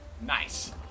Nice